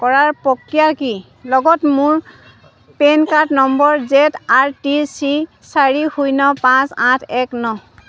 কৰাৰ প্ৰক্ৰিয়া কি লগত মোৰ PAN card number Z R T C চাৰি শূন্য পাঁচ আঠ এক ন